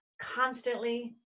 constantly